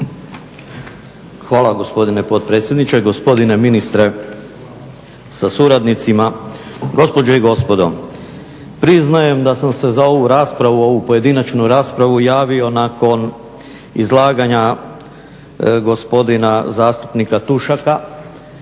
Hvala gospodine potpredsjedniče, gospodine ministre sa suradnicima, gospođe i gospodo. Priznajem da sam se za ovu raspravu, ovu pojedinačnu raspravu javio nakon izlaganja gospodina zastupnika Tušaka.